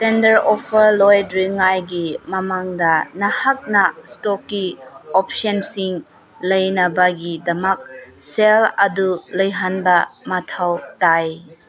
tender offer ꯂꯣꯏꯗ꯭ꯔꯤꯉꯩꯒꯤ ꯃꯃꯥꯡꯗ ꯅꯍꯥꯛꯅ ꯁ꯭ꯇꯣꯛꯀꯤ ꯑꯣꯞꯁꯟꯁꯤꯡ ꯂꯩꯅꯕꯒꯤꯗꯃꯛ ꯁꯦꯜ ꯑꯗꯨ ꯂꯩꯍꯟꯕ ꯃꯊꯧ ꯇꯥꯏ